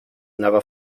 never